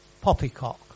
Poppycock